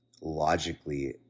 logically